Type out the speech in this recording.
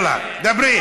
יאללה, דברי.